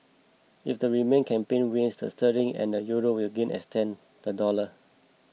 if the Remain campaign wins the sterling and the euro will gain extend the dollar